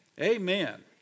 amen